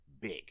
big